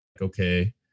Okay